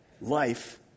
life